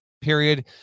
Period